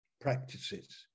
practices